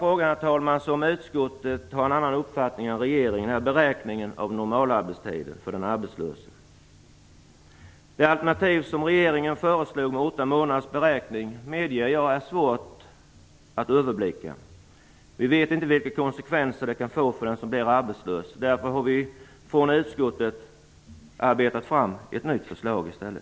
Den andra frågan där utskottet har en annan utfattning än regeringen är beräkningen av normalarbetstiden för den arbetslöse. Det alternativ som regeringen föreslår med åtta månaders beräkning är svår att överblicka, det medger jag. Vi vet inte vilka konsekvenser det kan få för den som blir arbetslös. Därför har vi från utskottet arbetat fram ett nytt förslag i stället.